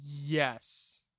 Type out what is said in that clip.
yes